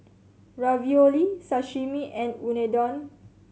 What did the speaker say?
Ravioli Sashimi and Unadon